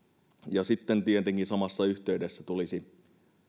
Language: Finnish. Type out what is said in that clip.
ja sitten tietenkin samassa yhteydessä tulisi